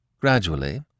Gradually